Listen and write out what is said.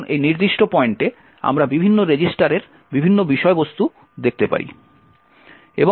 এখন এই নির্দিষ্ট পয়েন্টে আমরা বিভিন্ন রেজিস্টারের বিভিন্ন বিষয়বস্তু দেখতে পারি